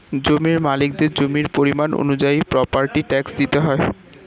জমির মালিকদের জমির পরিমাণ অনুযায়ী প্রপার্টি ট্যাক্স দিতে হয়